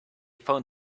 found